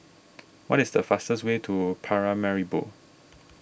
what is the fastest way to Paramaribo